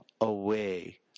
away